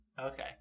Okay